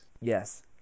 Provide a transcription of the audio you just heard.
Yes